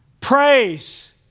Praise